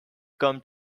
come